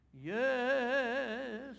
Yes